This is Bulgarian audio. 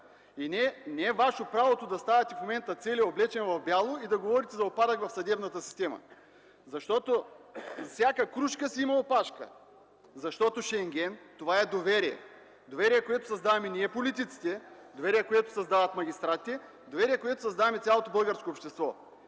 Не е Ваше правото да ставате в момента целия „облечен в бяло” и да говорите за упадък в съдебната система, защото всяка крушка си има опашка, защото Шенген – това е доверие. Доверие, което създаваме ние политиците, доверие, което създават магистратите, доверие, което създаваме цялото българско общество.